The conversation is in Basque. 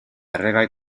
erregai